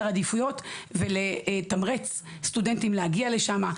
העדיפויות ולתמרץ סטודנטים להגיע לשם,